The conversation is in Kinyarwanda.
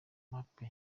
mbappe